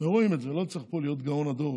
ורואים את זה, לא צריך להיות גאון הדור